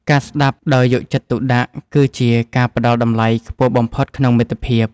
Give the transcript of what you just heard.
ការស្ដាប់ដោយយកចិត្តទុកដាក់ គឺជាការផ្ដល់តម្លៃខ្ពស់បំផុតក្នុងមិត្តភាព។